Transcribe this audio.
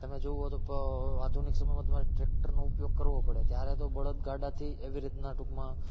તમે જુઓ તો આધુનિક સમયમાં તમારે ટ્રેક્ટરનો ઉપયોગ કરવો પડે ત્યારે તો બળદ ગાડાથી એવી રીતના ટૂંકમાં